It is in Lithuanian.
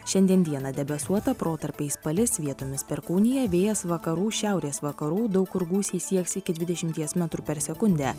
šiandien dieną debesuota protarpiais palis vietomis perkūnija vėjas vakarų šiaurės vakarų daug kur gūsiai sieks iki dvdešimties metrų per sekundę